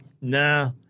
nah